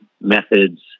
methods